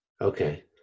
Okay